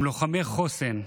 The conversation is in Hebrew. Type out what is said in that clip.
הם לוחמי חוסן.